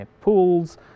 pools